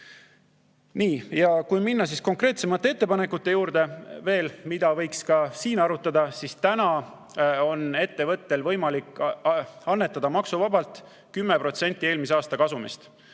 Nii. Kui minna konkreetsemate ettepanekute juurde, mida võiks ka siin arutada, siis praegu on ettevõttel võimalik annetada maksuvabalt 10% eelmise aasta kasumist